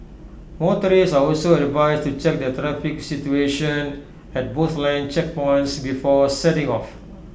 motorists are also advised to check the traffic situation at both land checkpoints before setting off